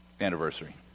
anniversary